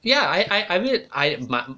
ya I I mean I